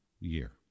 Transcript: year